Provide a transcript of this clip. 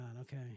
okay